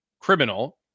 criminal